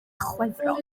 chwefror